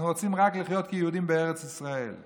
אנחנו רוצים רק לחיות כיהודים בארץ ישראל.